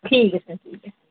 ٹھیک ہے سر ٹھیک ہے